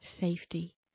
safety